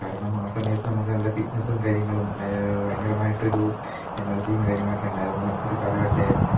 കാരണം ആ സമയത്ത് നമുക്ക് നല്ല ഫിറ്റ്നസും കാര്യങ്ങളും ഭയങ്കരമായിട്ട് ഒരു എനർജിയും കാര്യങ്ങളൊക്കെ ഉണ്ടായിരുന്ന ഒരു കാലഘട്ടമായിരുന്നു